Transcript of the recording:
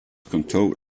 kontor